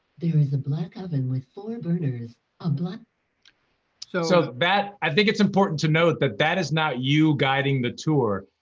there is a black oven with four burners, a black so so that, i think it's important to note that that is not you guiding the tour.